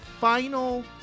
final